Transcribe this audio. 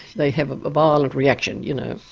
they have a violent reaction, you know.